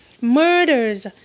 murders